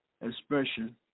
expression